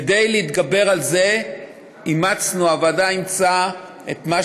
כדי להתגבר על זה הוועדה אימצה את מה